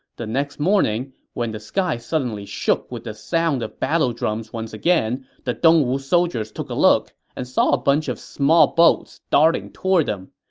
the next morning, when the sky suddenly shook with the sound of battle drums once again, the dong wu soldiers took a look and saw a bunch of small boats darting toward them.